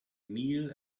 kneel